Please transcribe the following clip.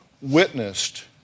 witnessed